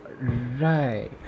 right